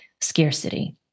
scarcity